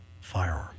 firearm